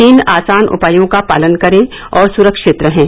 तीन आसान उपायों का पालन करें और सुरक्षित रहें